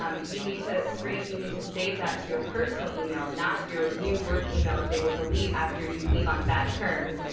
um you need to screen you need to save that to your personal email, not your new work email that they will delete after you leave on bad terms.